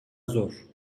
zor